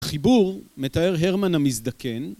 החיבור מתאר הרמן המזדקן